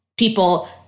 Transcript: People